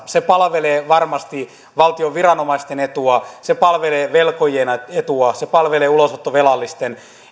se palvelee varmasti valtion viranomaisten etua se palvelee velkojien etua se palvelee ulosottovelallisten